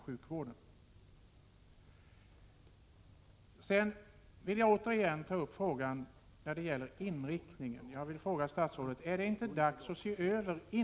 Sedan vill jag återigen ta upp frågan om inriktningen av sjukvården. Jag vill således fråga statsrådet: Är det inte dags att se över denna fråga?